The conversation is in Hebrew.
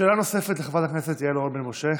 שאלה נוספת, לחברת הכנסת יעל רון בן משה,